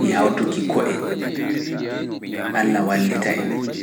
e hawtuki ko'e, Alla wallita en.